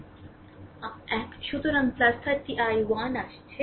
1 সুতরাং 30 i 1 আসছে